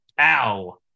Ow